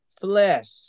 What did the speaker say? flesh